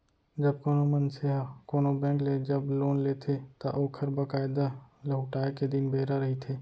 जब कोनो मनसे ह कोनो बेंक ले जब लोन लेथे त ओखर बकायदा लहुटाय के दिन बेरा रहिथे